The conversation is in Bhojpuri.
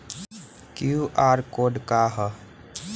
क्यू.आर कोड का ह?